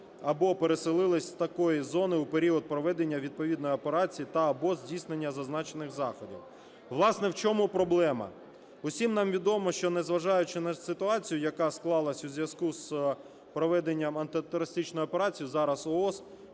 або переселились з такої зони у період проведення відповідної операції та/або здійснення зазначених заходів". Власне, в чому проблема? Всім нам відомо, що, незважаючи на ситуацію, яка склалася у зв'язку з проведенням антитерористичної операції, зараз - ООС,